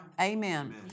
Amen